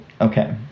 okay